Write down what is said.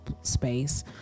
space